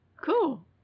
Cool